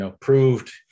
proved